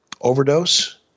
overdose